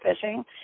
fishing